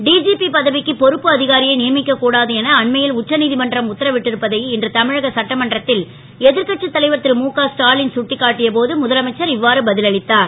DGP பதவிக்கு பொறுப்பு அ காரியை யமிக்கக் கூடாது என அண்மை ல் உச்சநீ மன்றம் உத்தரவிட்டிருப்பதை இன்று தமிழக சட்டமன்றத் ல் எ ர்கட்சி தலைவர் ரு முக ஸ்டாலின் சுட்டிக்காட்டிய போது ழுதலமைச்சர் இ வாறு ப ல் அளித்தார்